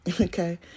Okay